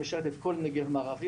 שמשרת את כל הנגב המערבי,